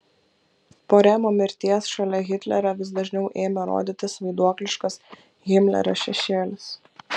po remo mirties šalia hitlerio vis dažniau ėmė rodytis vaiduokliškas himlerio šešėlis